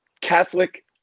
Catholic